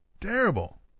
Terrible